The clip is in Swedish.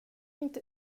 inte